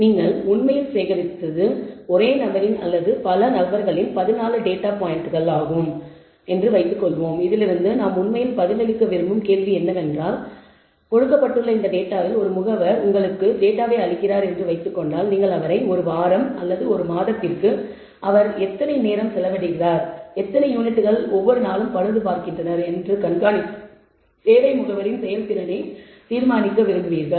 நீங்கள் உண்மையில் சேகரித்த ஒரே நபரின் அல்லது பல நபர்களின் 14 டேட்டா பாயிண்ட்கள் உங்களிடம் உள்ளன என்று சொல்லலாம் இதிலிருந்து நாம் உண்மையில் பதிலளிக்க விரும்பும் கேள்வி என்னவென்றால் கொடுக்கப்பட்டுள்ள இந்த டேட்டாவில் ஒரு முகவர் உங்களுக்கு டேட்டாவை அளிக்கிறார் என்று வைத்துக் கொண்டால் நீங்கள் அவரை ஒரு வாரம் அல்லது ஒரு மாதத்திற்கு அவர்கள் எத்தனை நேரம் செலவிடுகிறார்கள் எத்தனை யூனிட்கள் ஒவ்வொரு நாளும் பழுது பார்க்கின்றனர் என்று கண்காணித்து சேவை முகவரின் செயல்திறனை தீர்மானிக்க விரும்புவீர்கள்